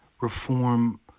reform